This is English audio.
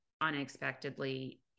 unexpectedly